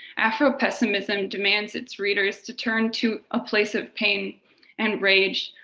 afropessimism demands its readers to turn to a place of pain and rage,